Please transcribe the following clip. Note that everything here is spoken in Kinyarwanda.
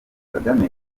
kagame